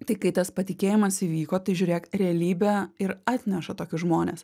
tai kai tas patikėjimas įvyko tai žiūrėk realybė ir atneša tokius žmones